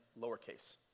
lowercase